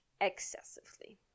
excessively